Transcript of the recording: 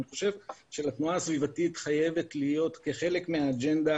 אני חושב שהתנועה הסביבתית חייבת כחלק מהאג'נדה